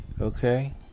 Okay